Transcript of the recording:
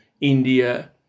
India